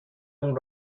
اون